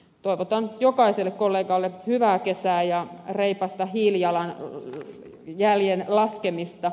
toivotan jokaiselle kollegalle hyvää kesää ja reipasta hiilijalanjäljen laskemista